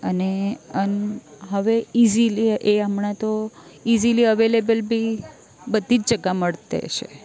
અને અન હવે ઇઝીલી એ હમણાં તો ઇઝીલી અવેલેબલ બી બધી જગા મળતે હશે